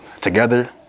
together